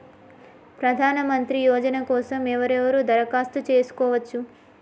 ప్రధానమంత్రి యోజన కోసం ఎవరెవరు దరఖాస్తు చేసుకోవచ్చు?